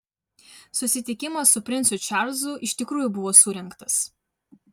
susitikimas su princu čarlzu iš tikrųjų buvo surengtas